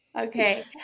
Okay